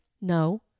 no